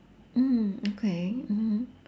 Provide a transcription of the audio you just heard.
mm okay mm